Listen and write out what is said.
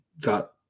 got